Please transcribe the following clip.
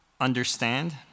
understand